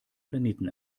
planeten